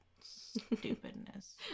stupidness